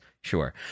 sure